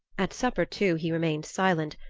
at supper, too, he remained silent,